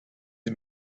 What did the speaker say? sie